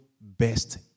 best